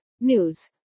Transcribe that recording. News